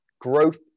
growth